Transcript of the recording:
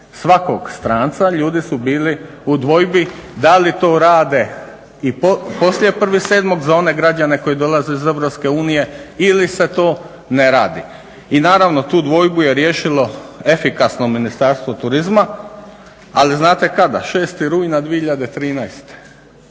svakog stranca, ljudi su bili u dvojbi da li to rade i poslije 01.07. za one građane koji dolaze iz EU ili se to ne radi. I naravno tu dvojbu je riješilo efikasno Ministarstvo turizma, ali znate kada? 06. rujna 2013.